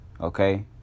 okay